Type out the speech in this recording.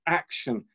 action